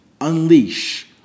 unleash